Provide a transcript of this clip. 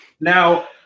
Now